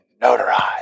notarized